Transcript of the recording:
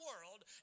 world